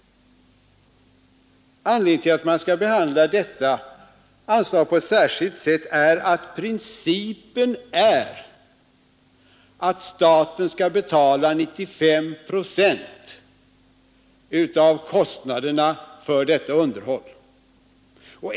Anledningen till att man skall behandla detta anslag på ett särskilt sätt är att principen är att staten skall betala 95 procent av kostnaderna för detta underhåll.